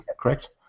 correct